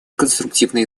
конструктивные